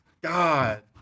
god